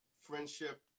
friendship